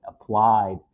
applied